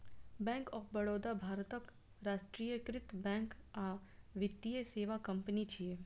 bank of Baroda भारतक राष्ट्रीयकृत bank आ वित्तीय सेवा कंपनी छियै